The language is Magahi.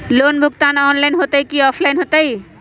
लोन भुगतान ऑनलाइन होतई कि ऑफलाइन होतई?